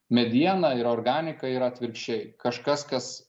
mediena ir organika yra atvirkščiai kažkas kas